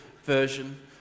Version